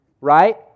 right